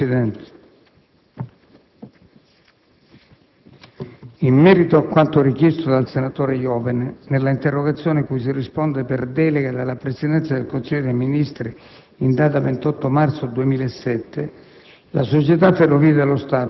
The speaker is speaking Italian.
le infrastrutture*. In merito a quanto richiesto dal senatore Iovene nell'interrogazione a cui si risponde per delega della Presidenza del Consiglio dei ministri in data 28 marzo 2007,